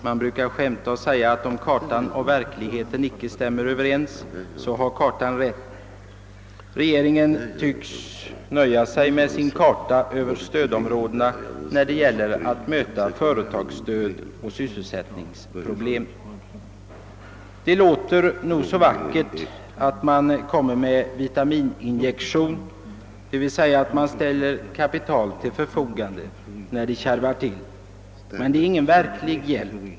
Man brukar säga att om kartan och verkligheten inte stämmer överens, så har kartan rätt. Regeringen tycks nöja sig med sin karta över stödområdena när det gäller att möta företagsdöd och sysselsättningsproblem. Det låter nog så vackert när det sägs att man ger en vitamininjektion — dvs. ställer kapital till förfogande — när det kärvar till, men det är ingen verklig hjälp.